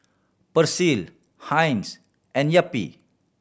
Persil Heinz and Yupi